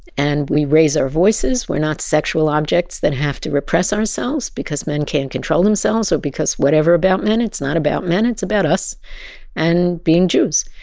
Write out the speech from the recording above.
and we raise our voices. we're not sexual objects that have to repress ourselves because men can't control themselves or so because whatever about men. it's not about men it's about us and being jews.